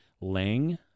Lang